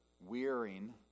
wearing